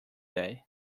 day